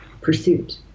pursuit